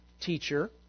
teacher